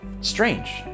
strange